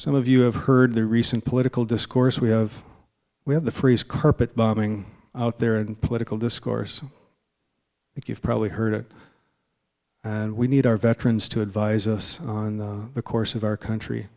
some of you have heard the recent political discourse we have we have the phrase carpet bombing out there and political discourse like you've probably heard it and we need our veterans to advise us on the course of our country